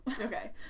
Okay